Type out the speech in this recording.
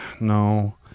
no